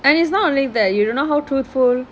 and it's not really that you don't know how truthful